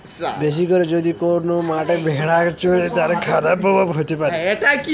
বেশি করে যদি কোন মাঠে ভেড়া চরে, তার খারাপ প্রভাব হতে পারে